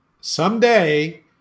someday